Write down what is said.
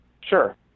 Sure